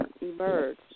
emerge